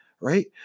right